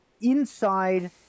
inside